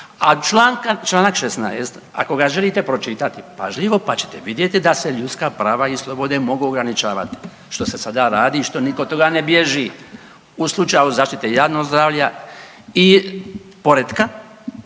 A čl. 16. ako ga želite pročitati pažljivo, pa ćete vidjeti da se ljudska prava i slobode mogu ograničavati, što se sada radi i što nitko od toga ne bježi, u slučaju zaštite javnog zdravlja i poretka